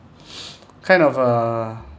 kind of a